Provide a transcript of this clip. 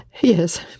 yes